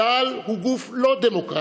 צה"ל הוא גוף לא-דמוקרטי,